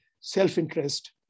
self-interest